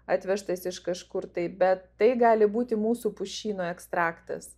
atvežtas iš kažkur tai bet tai gali būti mūsų pušyno ekstraktas